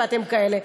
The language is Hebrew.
ואתם כאלה.